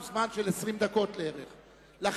שהם,